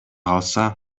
калса